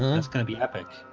that's gonna be epic